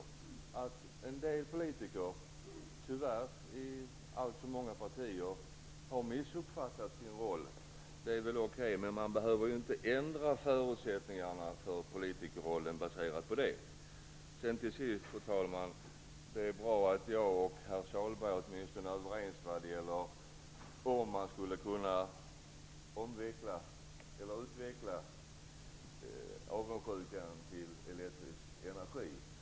Visst har en del politiker i alltför många partier tyvärr missuppfattat sin roll. Men man behöver inte ändra förutsättningarna för politikerrollen på grund av det. Det är bra att jag och herr Sahlberg åtminstone är överens om att man borde kunna omvandla avundsjukan till elektrisk energi.